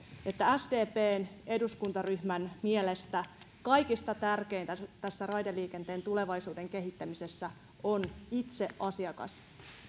että sdpn eduskuntaryhmän mielestä kaikista tärkeintä tässä raideliikenteen tulevaisuuden kehittämisessä on itse asiakas